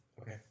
Okay